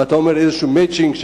ואתה אומר "מצ'ינג" כלשהו,